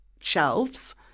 shelves